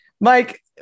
Mike